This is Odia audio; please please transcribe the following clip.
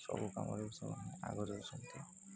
ସବୁ କାମରେ ଆଗରେ ଅଛନ୍ତି